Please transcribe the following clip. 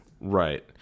Right